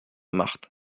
marthe